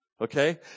Okay